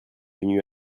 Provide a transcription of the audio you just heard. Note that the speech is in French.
venus